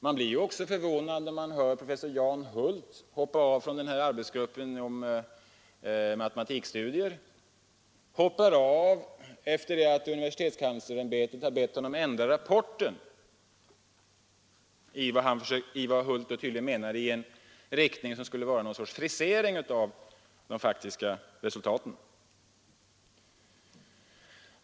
Man blir också förvånad när man ser professor Jan Hult hoppa av från arbetsgruppen för matematikstudier, efter det att universitetskanslersämbetet har bett honom ändra rapporten i, som Hult tydligen menar, en riktning som skulle innebära något slags frisering av de faktiska resultaten.